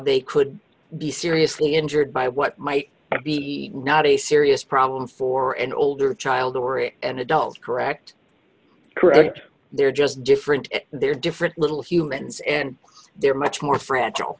they could be seriously injured by what might be not a serious problem for an older child or an adult correct correct they're just different they're different little humans and they're much more fragile